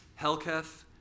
Helketh